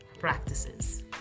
practices